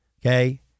okay